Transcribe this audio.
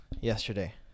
yesterday